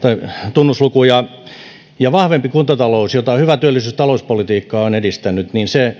tunnuslukuja ja vahvempi kuntatalous jota hyvä työllisyys ja talouspolitiikka on edistänyt